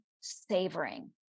savoring